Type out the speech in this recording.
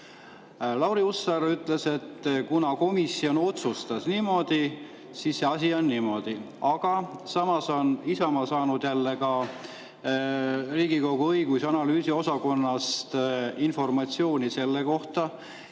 Lauri Hussar ütles, et kuna komisjon otsustas niimoodi, siis see asi on niimoodi. Samas on Isamaa saanud Riigikogu õigus- ja analüüsiosakonnast informatsiooni selle kohta,